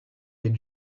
est